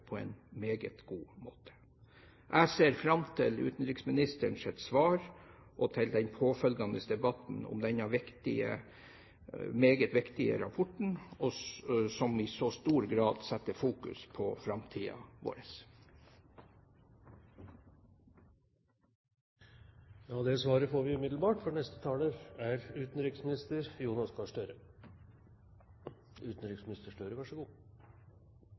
på en meget god måte. Jeg ser fram til utenriksministerens svar og til den påfølgende debatten om denne meget viktige rapporten, som i så stor grad fokuserer på vår framtid. Ja, det svaret får vi umiddelbart, for neste taler er utenriksminister Jonas Gahr Støre.